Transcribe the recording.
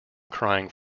crying